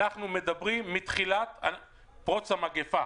אנחנו מדברים מתחילת פרוץ המגפה.